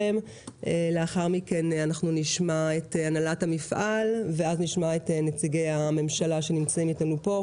לאחר מכן נשמע את הנהלת המפעל ואז את נציגי הממשלה שנמצאים איתנו פה,